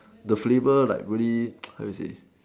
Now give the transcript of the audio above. the flavour like really how do you say